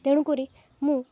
ତେଣୁକରି ମୁଁ